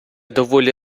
доволі